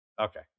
Okay